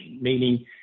meaning